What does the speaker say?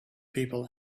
people